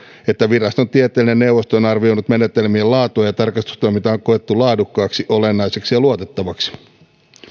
että viraston tieteellinen neuvosto on arvioinut menetelmien laatua ja tarkastustoiminta on koettu laadukkaaksi olennaiseksi ja luotettavaksi